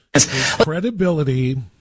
credibility